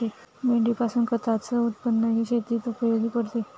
मेंढीपासून खताच उत्पन्नही शेतीत उपयोगी पडते